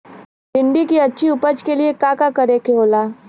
भिंडी की अच्छी उपज के लिए का का करे के होला?